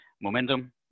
momentum